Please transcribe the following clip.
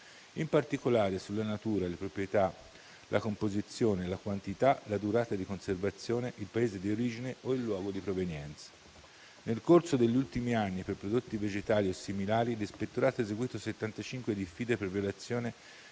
in particolare sulla natura, le proprietà, la composizione, la quantità, la durata di conservazione, il Paese di origine o il luogo di provenienza. Nel corso degli ultimi anni per prodotti vegetali o similari, l'Ispettorato ha eseguito 75 diffide per violazione